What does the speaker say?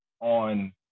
on